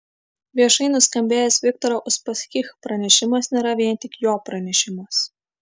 viešai nuskambėjęs viktoro uspaskich pranešimas nėra vien tik jo pranešimas